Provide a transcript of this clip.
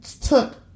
took